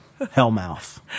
Hellmouth